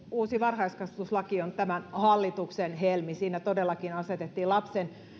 uusi varhaiskasvatuslaki on tämän hallituksen helmi siinä todellakin asetettiin lapsen